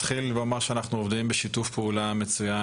אתחיל ואומר שאנחנו עובדים בשיתוף פעולה מצוין